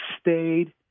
stayed